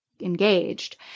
engaged